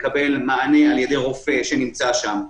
לקבל מענה על-ידי רופא שנמצא שם.